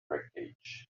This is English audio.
wreckage